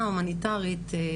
קיימת האפשרות וזה כתוב בנוהל שלנו,